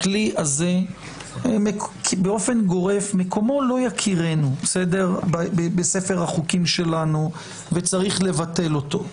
הכלי הזה באופן גורף מקומו לא יכירנו בספר החוקים שלנו וצריך לבטל אותו.